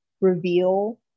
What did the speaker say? reveal